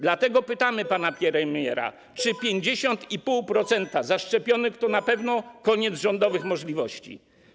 Dlatego pytamy pana premiera, czy 50,5% zaszczepionych to na pewno koniec rządowych możliwości?